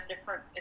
different